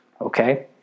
okay